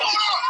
תומר אפלבאום,